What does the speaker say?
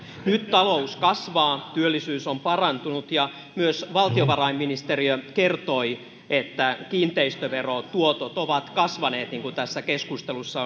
nyt talous kasvaa työllisyys on parantunut ja myös valtiovarainministeriö kertoi että kiinteistöverotuotot ovat kasvaneet niin kuin tässä keskustelussa